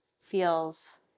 feels